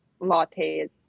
lattes